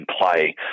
play